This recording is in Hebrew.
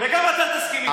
וגם אתה תסכים איתי,